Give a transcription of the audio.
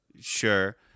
Sure